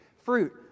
fruit